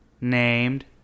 named